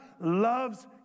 loves